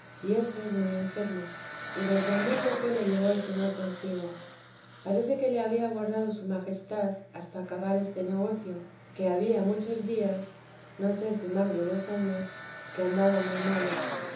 y esos muy enfermo y desde a muy poco le llevó el señor consigo parece que le había guardado su majestad hasta acabar este negocio que había muchos días no sé si más de dos años que andaba muy malo